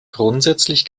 grundsätzlich